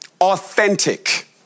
Authentic